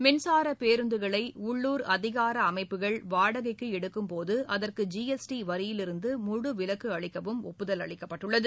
மின்சாரப் பேருந்துகளை உள்ளூர் அதிகார அமைப்புகள் வாடகைக்கு எடுக்கும் போது அதற்கு ஜிஎஸ்டி வரியிலிருந்து முழு விலக்கு அளிக்கவும் ஒப்புதல் அளிக்கப்பட்டுள்ளது